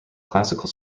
classical